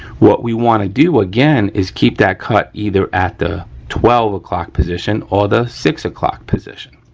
what we wanna do, again, is keep that cut either at the twelve o'clock position or the six o'clock position,